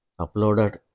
uploaded